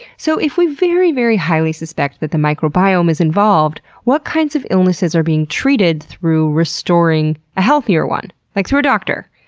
so if we very, very highly suspect that the microbiome is involved, what kinds of illnesses are being treated through restoring a healthier one? like, through a doctor?